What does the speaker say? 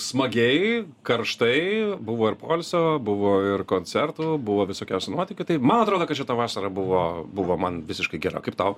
smagiai karštai buvo ir poilsio buvo ir koncertų buvo visokiausių nuotykių tai man atrodo kad šita vasara buvo buvo man visiškai gera kaip tau